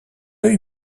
œil